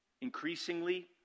Increasingly